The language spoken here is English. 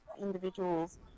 individuals